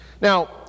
Now